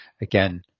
again